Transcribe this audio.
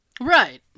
Right